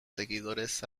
seguidores